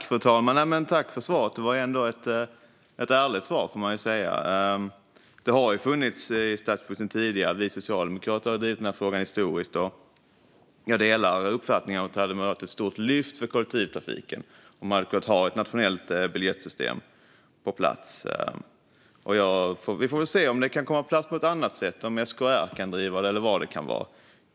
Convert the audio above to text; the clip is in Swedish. Fru talman! Jag tackar ledamoten för ett ärligt svar. Det har funnits i statsbudgeten tidigare, och vi socialdemokrater har historiskt drivit denna fråga. Jag delar uppfattningen att det hade varit ett stort lyft för kollektivtrafiken med ett nationellt biljettsystem. Vi får väl se om det kan komma på plats på ett annat sätt, genom SKR eller så.